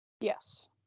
Yes